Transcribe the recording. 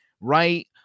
right